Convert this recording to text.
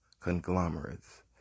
conglomerates